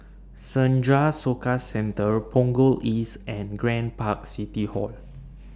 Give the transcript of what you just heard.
Senja Soka Centre Punggol East and Grand Park City Hall